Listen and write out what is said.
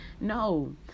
no